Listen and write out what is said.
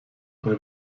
bei